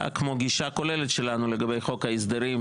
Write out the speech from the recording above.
כמו גישה כוללת שלנו לחוק ההסדרים,